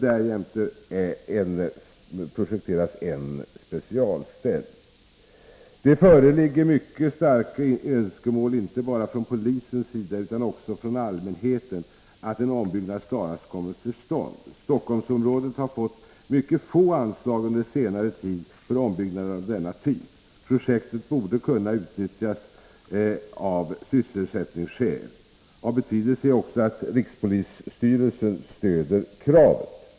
Därjämte projekteras en specialcell. Det föreligger mycket starka önskemål, inte bara från polisens sida utan också från allmänhetens, om att denna ombyggnad snarast kommer till stånd. Stockholmsområdet har fått mycket få anslag under senare tid för ombyggnader av denna typ. Projektet borde kunna utnyttjas av sysselsättningsskäl. Av betydelse är också att rikspolisstyrelsen stöder kraven.